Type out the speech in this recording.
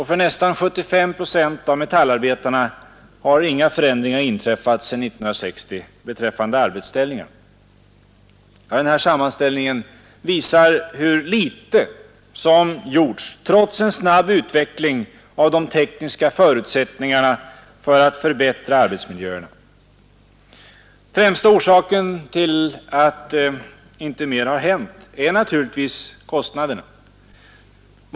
För nästan 75 procent av metallarbetarna har inga förändringar inträffat sedan 1960 beträffande arbetsställningarna. Den här sammanställningen visar hur litet som gjorts trots en snabb utveckling av de tekniska förutsättningarna för att förbättra arbetsmiljöerna. Främsta orsaken till att inte mer har hänt är naturligtvis kostnaderna.